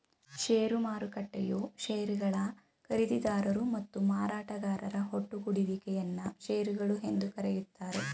ಷೇರು ಮಾರುಕಟ್ಟೆಯು ಶೇರುಗಳ ಖರೀದಿದಾರರು ಮತ್ತು ಮಾರಾಟಗಾರರ ಒಟ್ಟುಗೂಡುವಿಕೆ ಯನ್ನ ಶೇರುಗಳು ಎಂದು ಕರೆಯುತ್ತಾರೆ